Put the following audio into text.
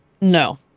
no